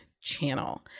channel